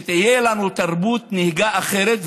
שתהיה לנו תרבות נהיגה אחרת,